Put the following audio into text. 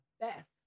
best